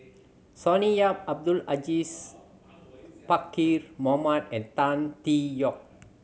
Sonny Yap Abdul Aziz Pakkeer Mohamed and Tan Tee Yoke